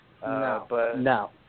No